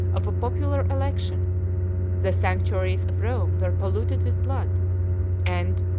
of a popular election the sanctuaries of rome were polluted with blood and,